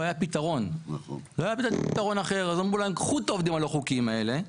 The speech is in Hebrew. לא היה פתרון אחר ולכן אמרו לקחת את העובדים הלא חוקיים האלה,